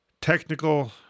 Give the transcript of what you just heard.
technical